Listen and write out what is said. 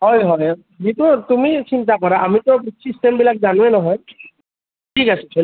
হয় হয় সিটো তুমি চিন্তা কৰা আমিতো ছিষ্টেমবিলাক জানোৱে নহয় ঠিক আছে তেতিয়াহ'লে